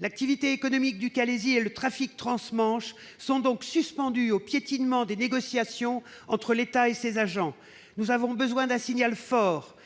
l'activité économique du Calaisis et le trafic transmanche sont suspendus au piétinement des négociations entre l'État et ses agents. Nous avons besoin d'un signal fort